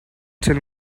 till